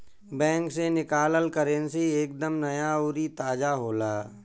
bank से निकालल currency एक दम नया अउरी ताजा होला